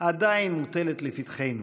עדיין מוטלת לפתחנו.